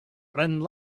friend